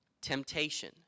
temptation